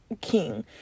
king